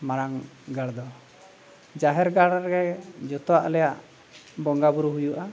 ᱢᱟᱲᱟᱝ ᱜᱟᱲ ᱫᱚ ᱡᱟᱦᱮᱨ ᱜᱟᱲ ᱨᱮᱜᱮ ᱡᱷᱚᱛᱚᱣᱟᱜ ᱟᱞᱮᱭᱟᱜ ᱵᱚᱸᱜᱟ ᱵᱩᱨᱩ ᱦᱩᱭᱩᱜᱼᱟ